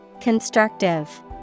Constructive